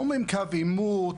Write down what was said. אומרים קו עימות,